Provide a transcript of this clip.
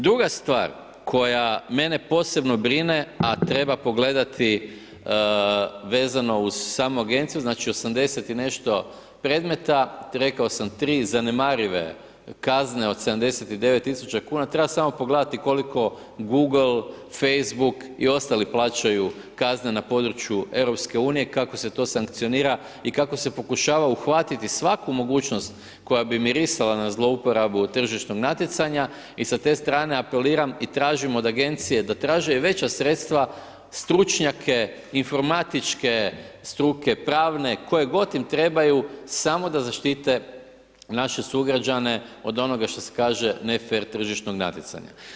Druga stvar koja mene posebno brine a treba pogledati vezano uz samu agenciju, znači 80 i nešto predmeta, 3 zanemarive kazne od 79 000 kuna, treba samo pogledati koliko Google, Facebook i ostali plaćaju kazne na području EU-a kako se to sankcionira i kako se pokušava uhvatiti svaku mogućnost koja bu mirisala na zlouporabu tržišnog natjecanja i sa te strane apeliram i tražim od agencije da traže veća sredstva, stručnjake, informatičke struke, pravne, koje god im trebaju, samo da zaštite naše sugrađane od onoga šta se kaže ne fer tržišnog natjecanja.